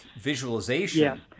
visualization